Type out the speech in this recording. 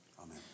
Amen